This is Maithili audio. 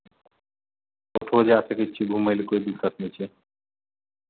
ओतहु जाइ सकै छी घुमय लेल कोइ दिक्कत नहि छै